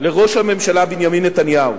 לראש הממשלה בנימין נתניהו.